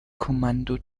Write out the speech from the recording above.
kommando